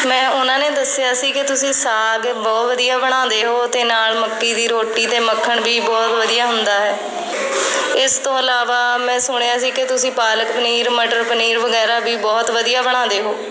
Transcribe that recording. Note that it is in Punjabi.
ਮੈਂ ਉਹਨਾਂ ਨੇ ਦੱਸਿਆ ਸੀ ਕਿ ਤੁਸੀਂ ਸਾਗ ਬਹੁਤ ਵਧੀਆ ਬਣਾਉਂਦੇ ਹੋ ਅਤੇ ਨਾਲ ਮੱਕੀ ਦੀ ਰੋਟੀ ਅਤੇ ਮੱਖਣ ਵੀ ਬਹੁਤ ਵਧੀਆ ਹੁੰਦਾ ਹੈ ਇਸ ਤੋਂ ਇਲਾਵਾ ਮੈਂ ਸੁਣਿਆ ਸੀ ਕਿ ਤੁਸੀਂ ਪਾਲਕ ਪਨੀਰ ਮਟਰ ਪਨੀਰ ਵਗੈਰਾ ਵੀ ਬਹੁਤ ਵਧੀਆ ਬਣਾਉਂਦੇ ਹੋ